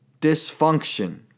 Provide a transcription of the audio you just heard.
dysfunction